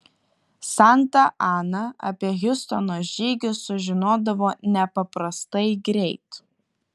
santa ana apie hiustono žygius sužinodavo nepaprastai greit